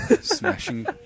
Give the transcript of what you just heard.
Smashing